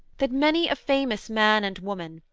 that many a famous man and woman,